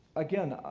again,